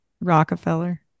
Rockefeller